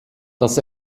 das